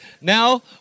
now